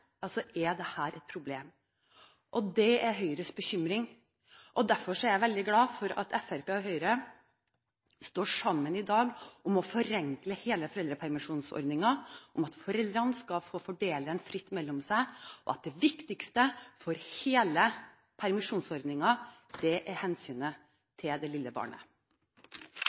er dette et problem. Det er Høyres bekymring. Derfor er jeg veldig glad for at Fremskrittspartiet og Høyre står sammen i dag om å forenkle hele foreldrepermisjonsordningen, slik at foreldrene kan fordele permisjonen fritt mellom seg, og det viktigste for hele permisjonsordningen er hensynet til det lille barnet.